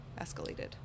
escalated